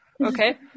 Okay